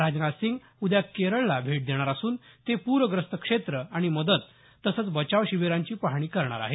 राजनाथ सिंग उद्या केरळाला भेट देणार असून ते पूरग्रस्त क्षेत्र आणि मदत आणि बचाव शिबीरांची पाहणी करणार आहेत